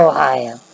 Ohio